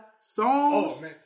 songs